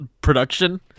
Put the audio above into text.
production